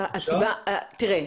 תראה,